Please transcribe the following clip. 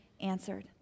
answered